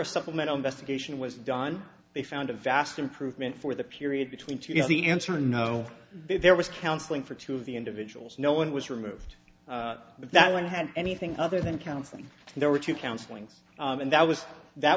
a supplemental investigation was done they found a vast improvement for the period between two you know the answer no there was counselling for two of the individuals no one was removed but that one had anything other than counselling there were two counselling and that was that